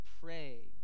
pray